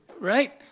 Right